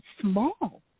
small